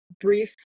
brief